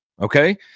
Okay